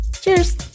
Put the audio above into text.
Cheers